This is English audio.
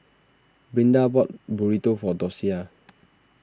Brinda bought Burrito for Docia